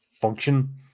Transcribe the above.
function